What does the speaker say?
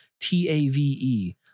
T-A-V-E